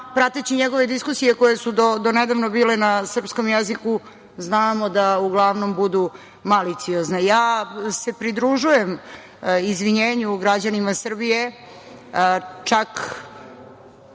prateći njegove diskusije koje su donedavno bile na sprskom jeziku znamo da uglavnom budu maliciozne. Pridružujem se izvinjenju građanima Srbije, čak